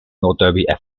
nordderby